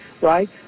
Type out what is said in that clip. right